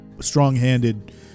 strong-handed